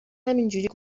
همینجوری